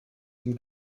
ihm